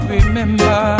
Remember